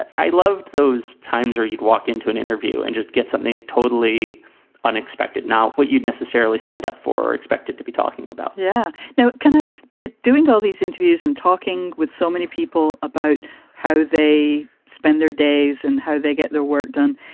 i loved those times. or you'd walk into an interview and just get something totally unexpected, not what you'd necessarily signed up for or expected to be talking about yeah. now, can i ask, did. doing all these interviews and talking with so many people about how they spend their days and how they get their work done?